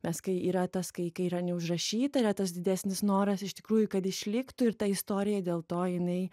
mes kai yra tas kai kai yra neužrašyta yra tas didesnis noras iš tikrųjų kad išliktų ir ta istorija dėl to jinai